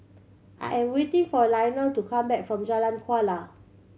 I am waiting for Lionel to come back from Jalan Kuala